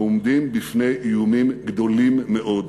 אנחנו עומדים בפני איומים גדולים מאוד: